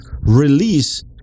release